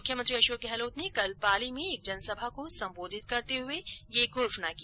मुख्यमंत्री अशोक गहलोत ने कल पाली में एक जनसभा को संबोधित करते हुए यह घोषणा की